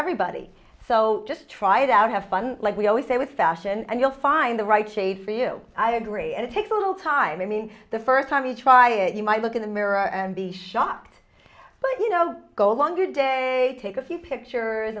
everybody so just try it out have fun like we always say with fashion and you'll find the right shade for you i agree and it takes a little time i mean the first time you try it you might look in the mirror and be shocked but you know go longer day take a few picture